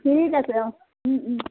ঠিক আছে অঁ